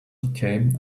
decay